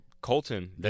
Colton